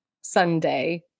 Sunday